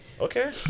okay